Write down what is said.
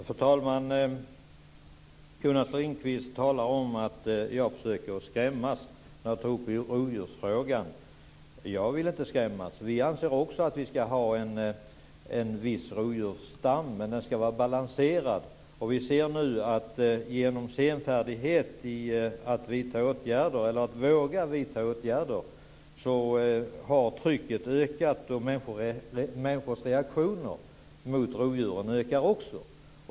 Fru talman! Jonas Ringqvist talar om att jag försöker skrämmas när jag tar upp rovdjursfrågan. Jag vill inte skrämmas. Vi anser också att vi ska ha en viss rovdjursstam. Men den ska vara balanserad. Vi ser nu att trycket har ökat genom att man är senfärdig och genom att man inte vågar vidta åtgärder. Och människors reaktioner mot rovdjuren ökar också.